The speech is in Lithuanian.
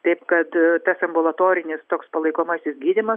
taip kad tas ambulatorinis toks palaikomasis gydymas